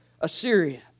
Assyria